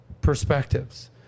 perspectives